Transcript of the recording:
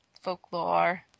folklore